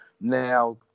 now